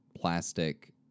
plastic